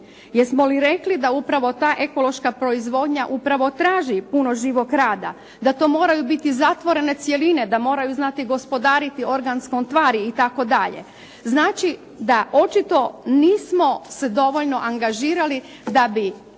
Jesmo li rekli da upravo ta ekološka proizvodnja upravo traži puno živog rada? Da to moraju biti zatvorene cjeline? Da moraju znati gospodariti organskom tvari, itd. Znači da očito nismo se dovoljno angažirali da bismo